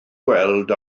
gweld